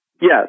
Yes